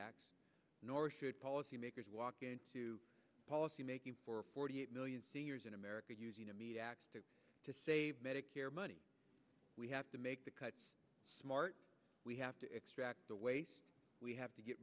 axe nor should policymakers walk into policy making for forty eight million seniors in america using a meat axe to to save medicare money we have to make the cuts smart we have to extract the waste we have to get